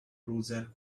browser